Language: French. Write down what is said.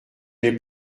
n’ai